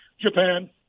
Japan